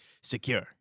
secure